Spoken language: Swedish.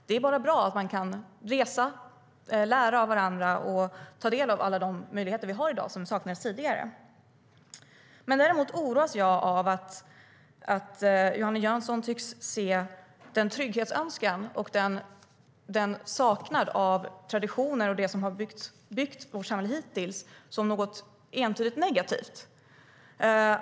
Det är bara bra att man kan resa, lära av varandra och ta del av de möjligheter vi har i dag som tidigare saknades. Däremot oroas jag av att Johanna Jönsson tycks se trygghetsönskan och att man saknar de traditioner som har byggt vårt samhälle hittills som något entydigt negativt.